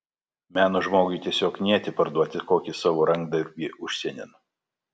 meno žmogui tiesiog knieti parduoti kokį savo rankdarbį užsienin